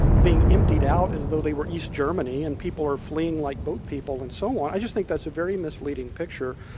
being emptied out as though they were east germany, and people are fleeing like boat people and so on, i just think that's a very misleading picture.